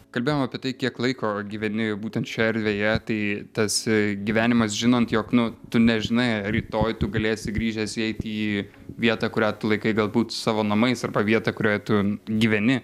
kalbėjom apie tai kiek laiko gyveni būtent šioje erdvėje tai tasai gyvenimas žinant jog nu tu nežinai rytoj tu galėsi grįžęs įeiti į vietą kurią laikai galbūt savo namais arba vietą kurioje tu gyveni